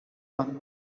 one